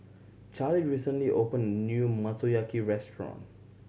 Charlie recently opened a new Motoyaki Restaurant